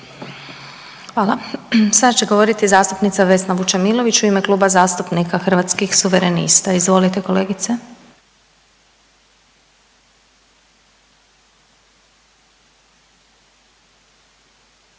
Hvala. Sad će govoriti zastupnica Vesna Vučemilović u ime Kluba zastupnika Hrvatskih suverenista, izvolite kolegice.